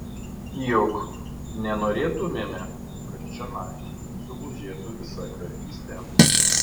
juk nenorėtumėme kad čionai sugužėtų visa grafystė